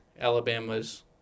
Alabamas